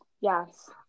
yes